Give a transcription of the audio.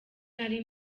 nari